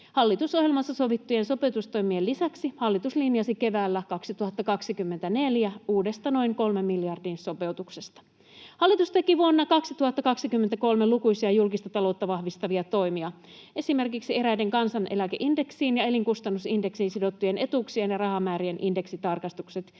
Hallitusohjelmassa sovittujen sopeutustoimien lisäksi hallitus linjasi keväällä 2024 uudesta noin kolmen miljardin sopeutuksesta. Hallitus teki vuonna 2023 lukuisia julkista taloutta vahvistavia toimia. Esimerkiksi eräiden kansaneläkeindeksiin ja elinkustannusindeksiin sidottujen etuuksien ja rahamäärien indeksitarkistukset